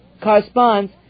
corresponds